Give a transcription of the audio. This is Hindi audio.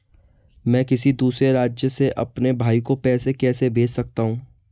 मैं किसी दूसरे राज्य से अपने भाई को पैसे कैसे भेज सकता हूं?